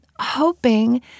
hoping